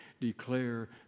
declare